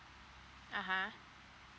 uh !huh!